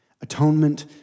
Atonement